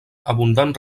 abundant